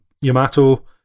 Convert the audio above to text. Yamato